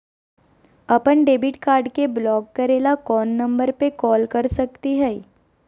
अपन debit card के block करे ला कौन नंबर पे कॉल कर सकली हई?